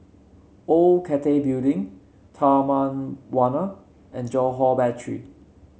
Old Cathay Building Taman Warna and Johore Battery